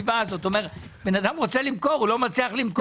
בן אדם רוצה למכור הוא לא מצליח למכור.